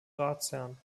ratsherren